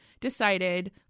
decided